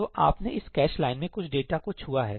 तो आपने इस कैश लाइन में कुछ डेटा को छुआ है